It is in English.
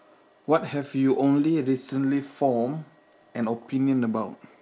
what have you only recently form an opinion about